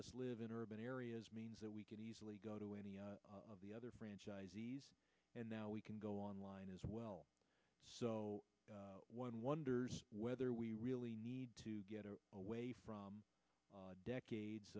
us live in urban areas means that we could easily go to any of the other franchises and now we can go online as well so one wonders whether we really need to get away from decades